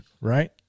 right